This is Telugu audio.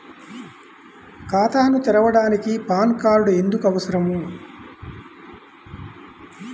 ఖాతాను తెరవడానికి పాన్ కార్డు ఎందుకు అవసరము?